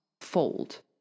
fold